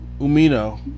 Umino